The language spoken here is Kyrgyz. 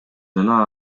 жана